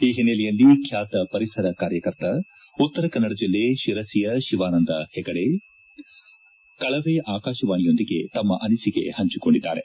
ಈ ಓನ್ನೆಲೆಯಲ್ಲಿ ಖ್ಯಾತ ಪರಿಸರ ಕಾರ್ಯಕರ್ತ ಉತ್ತರಕನ್ನಡ ಜಿಲ್ಲೆ ಶಿರಸಿಯ ಶಿವಾನಂದ ಹೆಗಡೆ ಕಳವೆ ಆಕಾಶವಾಣಿಯೊಂದಿಗೆ ತಮ್ಮ ಅನಿಸಿಕೆ ಪಂಚಿಕೊಂಡಿದ್ದಾರೆ